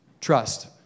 Trust